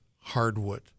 hardwood